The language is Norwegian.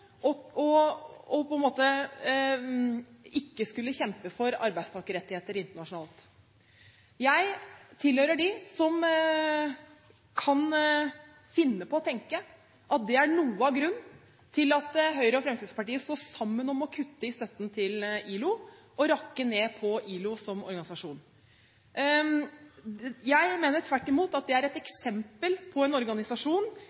på en måte – å ikke kjempe for arbeidstakerrettigheter internasjonalt. Jeg tilhører dem som kan finne på å tenke at det er noe av grunnen til at Høyre og Fremskrittspartiet står sammen om å kutte i støtten til ILO og rakke ned på ILO som organisasjon. Jeg mener tvert imot at det er et